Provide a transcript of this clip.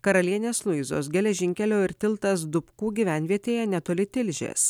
karalienės luizos geležinkelio ir tiltas dupkų gyvenvietėje netoli tilžės